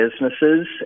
businesses